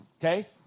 okay